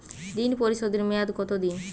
ঋণ পরিশোধের মেয়াদ কত দিন?